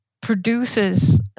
produces